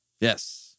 Yes